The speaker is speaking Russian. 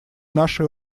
нашей